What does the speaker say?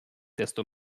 desto